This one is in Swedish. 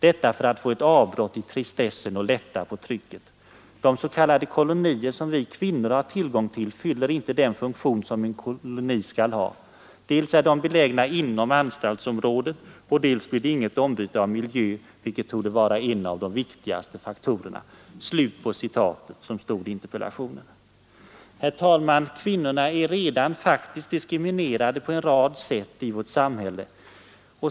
Detta för att få ett avbrott i tristessen och lätta på trycket. De s.k. kolonier som vi kvinnor har tillgång till fyller inte den funktion som en koloni skall ha. Dels är de belägna inom anstaltsområdet och dels blir det inget ombyte av miljö, vilket torde vara en av de viktigaste faktorerna.” Herr talman! Kvinnorna är redan faktiskt diskriminerade på en rad sätt i vårt samhälle.